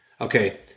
Okay